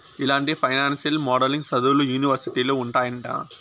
ఇలాంటి financial modelling సదువులు యూనివర్సిటీలో ఉంటాయంట